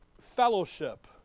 fellowship